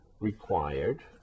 required